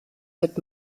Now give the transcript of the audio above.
wird